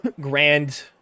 grand